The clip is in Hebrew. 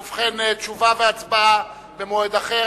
ובכן, תשובה והצבעה במועד אחר.